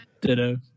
ditto